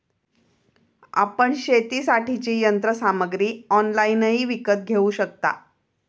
आपण शेतीसाठीची यंत्रसामग्री ऑनलाइनही विकत घेऊ शकता